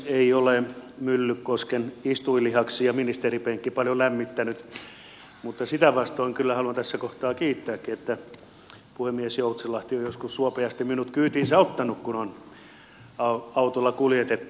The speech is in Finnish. ei ole myllykosken istuinlihaksia ministeripenkki paljon lämmittänyt mutta sitä vastoin kyllä haluan tässä kohtaa kiittääkin että puhemies joutsenlahti on joskus suopeasti minut kyytiinsä ottanut kun on autolla kuljetettu